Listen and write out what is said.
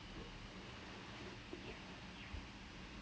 how to play the instrument for that one particular song